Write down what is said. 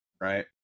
right